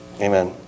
Amen